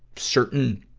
certain,